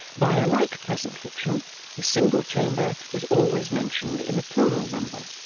by a like pleasant fiction his single chamber was always mentioned in a plural number.